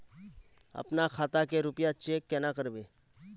अपना खाता के रुपया चेक केना करबे?